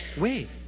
wait